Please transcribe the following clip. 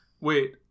Wait